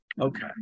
Okay